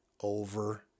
over